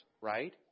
Right